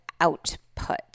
output